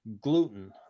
gluten